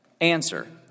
Answer